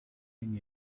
been